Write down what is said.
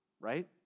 right